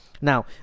Now